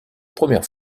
première